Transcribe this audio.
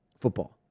football